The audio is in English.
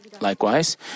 Likewise